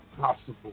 possible